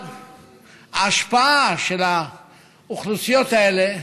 ההשפעה של האוכלוסיות האלה